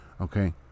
okay